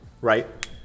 Right